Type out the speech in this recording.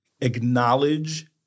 acknowledge